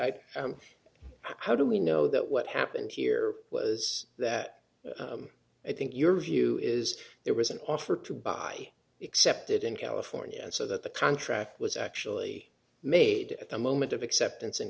i how do we know that what happened here was that i think your view is there was an offer to buy excepted in california so that the contract was actually made at the moment of acceptance in